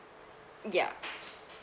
ya